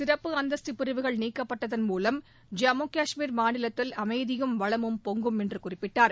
சிறப்பு அந்தஸ்து பிரிவுகள் நீக்கப்பட்டதன் மூலம் ஜம்மு காஷ்மீர் மாநிலத்தில் அமைதியும் வளமும் பொங்கும் என்று குறிப்பிட்டார்